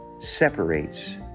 separates